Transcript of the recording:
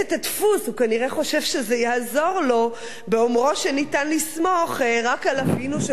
הוא כנראה חושב שזה יעזור לו באומרו שניתן לסמוך רק על אבינו שבשמים.